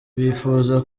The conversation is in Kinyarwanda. bifuza